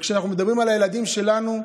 כשאנחנו מדברים על הילדים שלנו,